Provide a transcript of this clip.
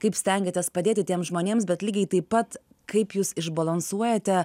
kaip stengiatės padėti tiems žmonėms bet lygiai taip pat kaip jūs išbalansuojate